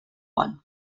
one